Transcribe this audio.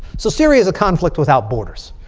so syria is a conflict without borders,